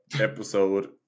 episode